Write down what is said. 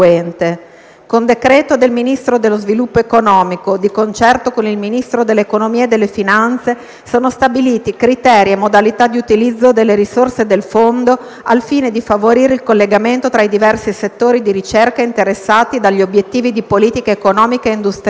"Con decreto del Ministro dello sviluppo economico, di concerto con il Ministro dell'economia e delle finanze, sono stabiliti criteri e modalità di utilizzo delle risorse del Fondo al fine di favorire il collegamento tra i diversi settori di ricerca interessati dagli obiettivi di politica economica e industriale,